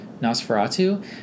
nosferatu